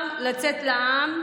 לבוא